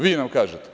Vi nam kažete!